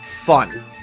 Fun